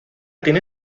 tiene